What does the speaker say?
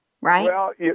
right